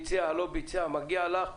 מגיע לך.